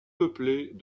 peuplées